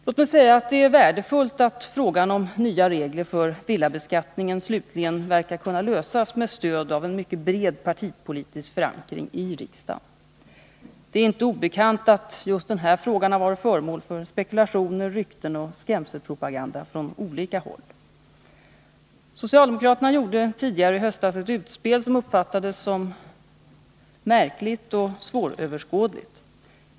Låt mig säga att det är värdefullt att frågan om nya regler för villabeskattningen slutligen verkar kunna lösas med stöd av en mycket bred partipolitisk förankring i riksdagen. Det är inte obekant att just denna fråga varit föremål för spekulationer, rykten och skrämselpropaganda från olika håll. Socialdemokraterna gjorde tidigare i höstas ett utspel som uppfattades som märkligt och svåröverskådligt.